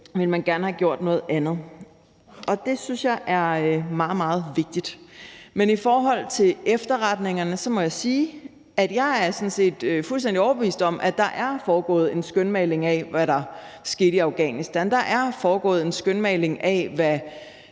man gerne have gjort noget andet? Og det synes jeg er meget, meget vigtigt. Men i forhold til efterretningerne må jeg sige, at jeg sådan set er fuldstændig overbevist om, at der er gjort et skønmaleri af, hvad der er sket i Afghanistan; at der er gjort et skønmaleri af, hvad